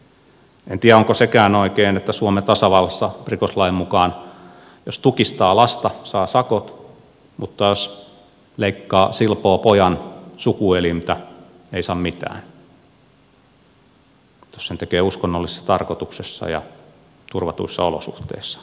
en tiedä onko sekään oikein että suomen tasavallassa rikoslain mukaan jos tukistaa lasta saa sakot mutta jos leikkaa silpoo pojan sukuelintä ei saa mitään jos sen tekee uskonnollisessa tarkoituksessa ja turvatuissa olosuhteissa